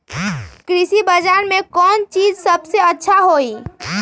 कृषि बजार में कौन चीज सबसे अच्छा होई?